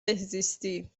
بهزیستی